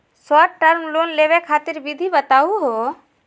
Short term loan लेवे खातीर विधि बताहु हो?